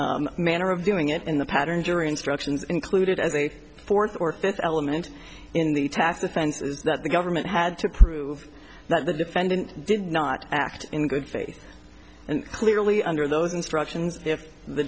manner of doing it in the pattern jury instructions included as a fourth or fifth element in the task offenses that the government had to prove that the defendant did not act in good faith and clearly under those instructions if the